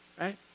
right